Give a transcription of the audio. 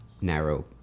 narrow